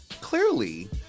clearly